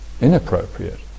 inappropriate